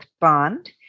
Bond